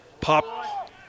Pop